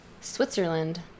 switzerland